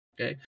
Okay